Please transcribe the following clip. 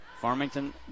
Farmington